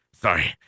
Sorry